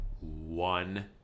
one